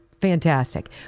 Fantastic